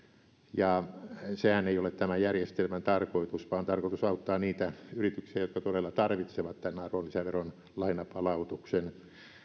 sehän ei ole tämän järjestelmän tarkoitus vaan tarkoitus on auttaa niitä yrityksiä jotka todella tarvitsevat tämän arvonlisäveron lainapalautuksen